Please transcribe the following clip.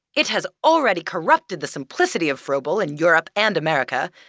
it has already corrupted the simplicity of froebel and europe and america,